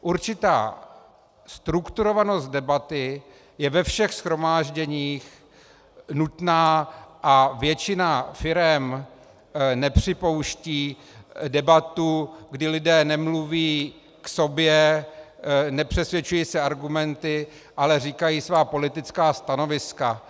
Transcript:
Určitá strukturovanost debaty je ve všech shromážděních nutná a většina firem nepřipouští debatu, kdy lidé nemluví k sobě, nepřesvědčují se argumenty, ale říkají svá politická stanoviska.